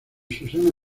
susana